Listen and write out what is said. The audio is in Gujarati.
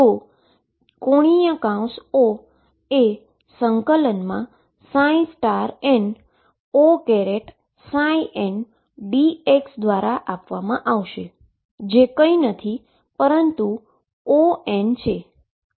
તો ⟨O⟩ એ ∫nOndx દ્વારા આપવામાં આવશે જે કંઈ નથી પરંતુ On છે